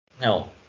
No